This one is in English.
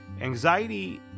Anxiety